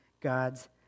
God's